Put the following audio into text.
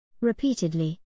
Repeatedly